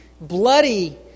bloody